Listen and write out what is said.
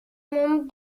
membre